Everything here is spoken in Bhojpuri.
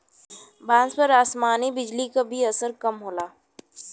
बांस पर आसमानी बिजली क भी असर कम होला